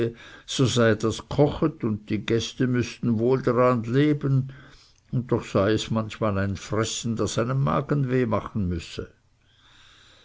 so sei das gchochet und die gäste müßten wohl daran leben und doch sei es manchmal ein fressen das einem magenweh machen müsse